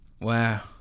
Wow